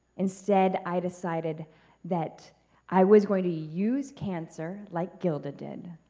instead, i decided that i was going to use cancer, like gilda did,